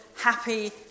happy